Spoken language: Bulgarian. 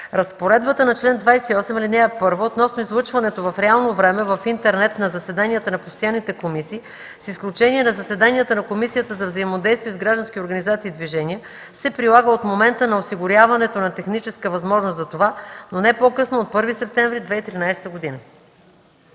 Разпоредбата на чл. 28, ал. 1 относно излъчването в реално време в интернет на заседанията на постоянните комисии, с изключение на заседанията на Комисията за взаимодействие с граждански организации и движения, се прилага от момента на осигуряването на техническа възможност за това, но не по-късно от 1 септември 2013 г.“